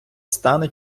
стане